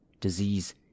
disease